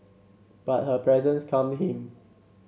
but her presence calmed him